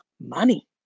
money